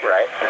Right